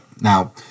now